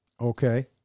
Okay